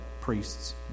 priest's